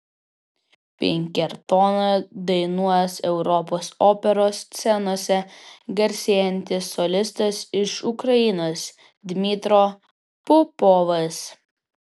pinkertoną dainuos europos operos scenose garsėjantis solistas iš ukrainos dmytro popovas